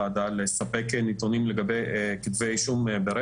ראש הוועדה לספק נתונים לגבי כתבי אישום ברצח.